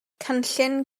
cynllun